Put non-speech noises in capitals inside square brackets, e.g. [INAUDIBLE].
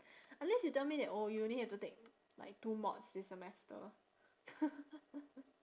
unless you tell me that oh you only have to take like two mods this semester [LAUGHS]